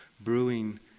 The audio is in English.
brewing